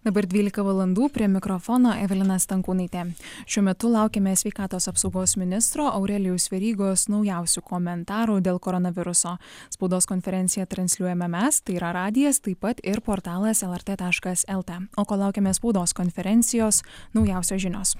dabar dvylika valandų prie mikrofono evelina stankūnaitė šiuo metu laukiame sveikatos apsaugos ministro aurelijaus verygos naujausių komentarų dėl koronaviruso spaudos konferenciją transliuojame mes tai yra radijas taip pat ir portalas lrt taškas lt o kol laukiame spaudos konferencijos naujausios žinios